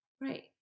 Right